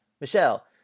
Michelle